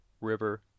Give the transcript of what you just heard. river